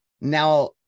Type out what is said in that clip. now